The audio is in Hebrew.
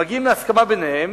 הם מגיעים להסכמה ביניהם,